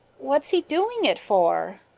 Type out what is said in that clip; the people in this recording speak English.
what's he doing it for?